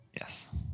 Yes